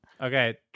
Okay